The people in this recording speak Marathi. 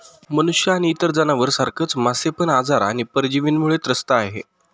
मनुष्य आणि इतर जनावर सारखच मासे पण आजार आणि परजीवींमुळे त्रस्त आहे